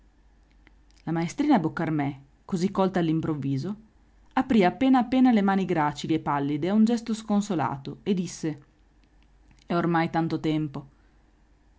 le permise la maestrina boccarmè così colta all'improvviso aprì appena appena le mani gracili e pallide a un gesto sconsolato e disse è ormai tanto tempo